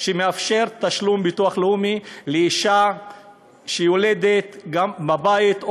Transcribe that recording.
שמאפשר תשלום ביטוח לאומי לאישה שיולדת בבית,